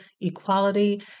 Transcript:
equality